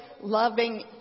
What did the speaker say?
loving